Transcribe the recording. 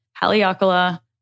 Haleakala